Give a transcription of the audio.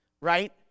right